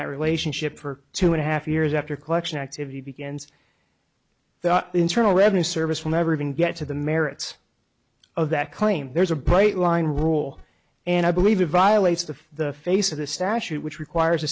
that relationship for two and a half years after collection activity begins the internal revenue service will never even get to the merits of that claim there's a bright line rule and i believe it violates the the face of the statute which requires a